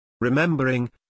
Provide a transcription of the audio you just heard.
Remembering